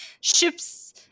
ships